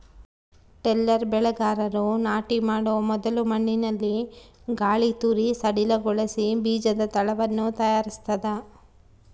tiller ಬೆಳೆಗಾರರು ನಾಟಿ ಮಾಡೊ ಮೊದಲು ಮಣ್ಣಿನಲ್ಲಿ ಗಾಳಿತೂರಿ ಸಡಿಲಗೊಳಿಸಿ ಬೀಜದ ತಳವನ್ನು ತಯಾರಿಸ್ತದ